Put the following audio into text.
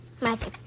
Magic